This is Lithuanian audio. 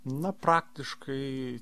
na praktiškai